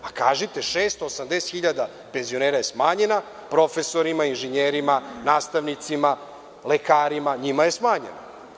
Pa kažite - 68.000 penzionera je smanjena, profesorima, inženjerima, nastavnicima, lekarima, njima je smanjena.